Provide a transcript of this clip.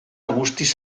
guztiz